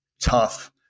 tough